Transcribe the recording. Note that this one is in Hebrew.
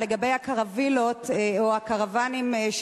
לגבי הקרווילות או הקרוונים,